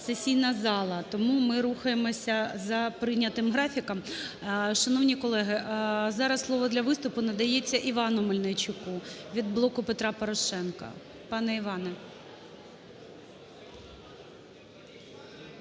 сесійна зала, тому ми рухаємося за прийнятим графіком. Шановні колеги, зараз слово для виступу надається Івану Мельничуку від "Блоку Петра Порошенка".